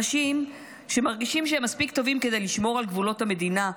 אנשים שמרגישים שהם מספיק טובים כדי לשמור על גבולות המדינה,